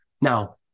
Now